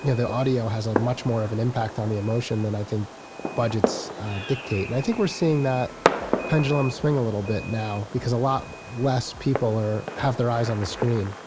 yeah the audio has ah much more of an impact on the emotion than i think budgets dictate and i think we're seeing that pendulum swing a little bit now, because a lot less people have their eyes on the screen.